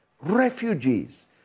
refugees